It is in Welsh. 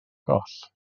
goll